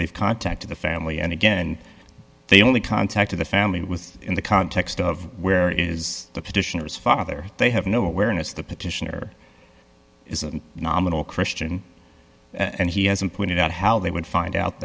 they've contacted the family and again they only contacted the family that was in the context of where is the petitioner's father they have no awareness of the petitioner is a nominal christian and he hasn't pointed out how they would find out